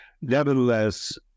nevertheless